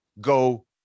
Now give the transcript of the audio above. go